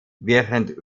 während